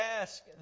ask